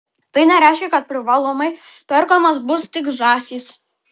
tai nereiškia kad privalomai perkamos bus tik žąsys